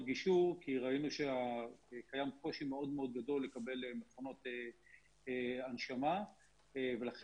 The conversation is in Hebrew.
גישור כי ראינו שקיים קושי מאוד מאוד גדול לקבל מכונות הנשמה ולכן,